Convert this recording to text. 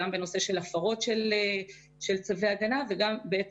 גם בנושא של הפרות של צווי הגנה וגם בעת